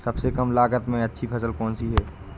सबसे कम लागत में अच्छी फसल कौन सी है?